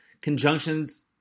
conjunctions